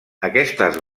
aquestes